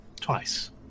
Twice